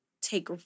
take